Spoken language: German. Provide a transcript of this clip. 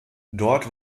dort